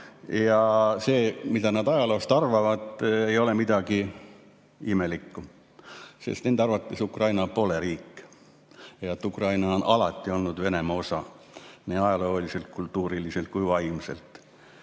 – see, mida nad ajaloost arvavad, ei ole midagi imelikku. Nende arvates Ukraina pole riik, Ukraina on alati olnud Venemaa osa nii ajalooliselt, kultuuriliselt kui vaimselt.